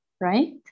right